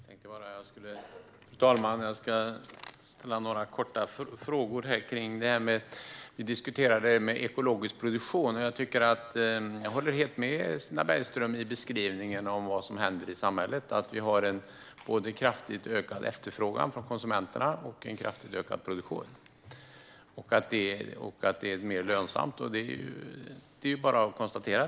Fru talman! Jag vill ställa några korta frågor om ekologisk produktion. Jag håller helt med Stina Bergström om beskrivningen av vad som händer i samhället. Vi har en kraftigt ökad efterfrågan från konsumenterna och en kraftigt ökad produktion. Det är mer lönsamt. Det är bara att konstatera.